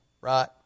right